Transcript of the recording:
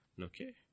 okay